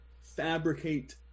fabricate